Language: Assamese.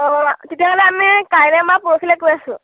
অ তেতিয়াহ'লে আমি কাইলৈ বা পৰহিলৈ গৈ আছোঁ